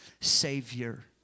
Savior